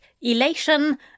elation